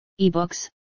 ebooks